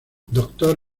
doctor